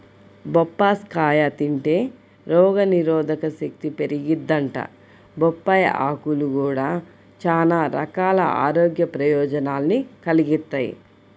బొప్పాస్కాయ తింటే రోగనిరోధకశక్తి పెరిగిద్దంట, బొప్పాయ్ ఆకులు గూడా చానా రకాల ఆరోగ్య ప్రయోజనాల్ని కలిగిత్తయ్